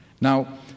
Now